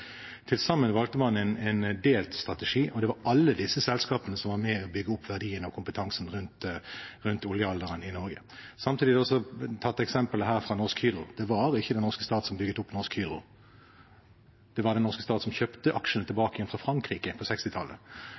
Til sammen valgte man en delt strategi, og det var alle disse selskapene som var med på å bygge opp verdiene og kompetansen rundt oljealderen i Norge. Det er tatt eksempel her fra Norsk Hydro. Det var ikke den norske stat som bygde opp Norsk Hydro, men det var den norske stat som kjøpte aksjene tilbake fra Frankrike på